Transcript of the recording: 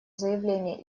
заявление